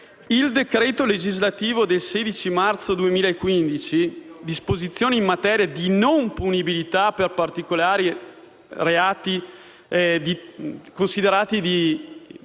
Il decreto legislativo del 16 marzo 2015, recante disposizioni in materia di non punibilità per particolari reati considerati di